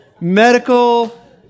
medical